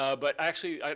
ah but actually,